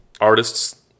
artists